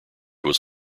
was